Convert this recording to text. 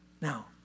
Now